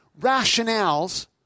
rationales